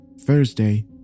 Thursday